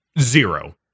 Zero